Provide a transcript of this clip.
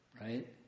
Right